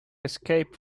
escape